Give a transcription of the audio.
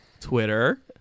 Twitter